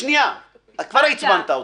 כבר עצבנת אותי.